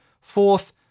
Fourth